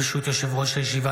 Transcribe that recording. ברשות יושב-ראש הישיבה,